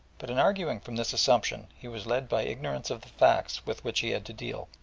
but in arguing from this assumption, he was led by ignorance of the facts with which he had to deal,